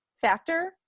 factor